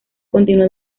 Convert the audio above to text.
continuó